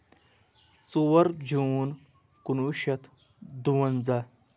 ژور جوٗن کُنوُہ شیٚتھ دُوَنزاہ